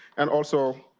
and also,